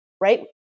right